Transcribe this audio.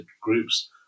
groups